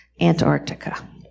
Antarctica